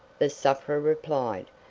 the sufferer replied,